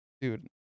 Dude